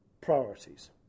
priorities